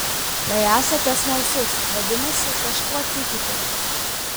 jei esate smalsūs vadinasi kažko tikitės